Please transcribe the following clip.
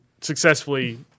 successfully